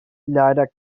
leider